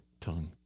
tongue